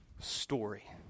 story